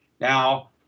Now